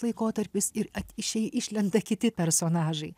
laikotarpis ir išei išlenda kiti personažai